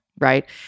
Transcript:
right